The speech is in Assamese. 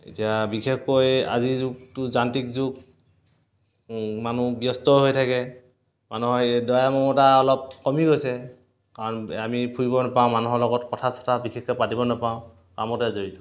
এতিয়া বিশেষকৈ আজিৰ যুগটো যান্ত্ৰিক যুগ মানুহ ব্যস্ত হৈ থাকে মানুহৰ এই দয়া মমতা অলপ কমি গৈছে কাৰণ আমি ফুৰিব নাপাওঁ মানুহৰ লগত কথা চথা বিশেষকৈ পাতিব নাপাওঁ কামতে জড়িত